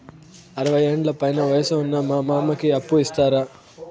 అరవయ్యేండ్ల పైన వయసు ఉన్న మా మామకి అప్పు ఇస్తారా